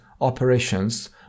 operations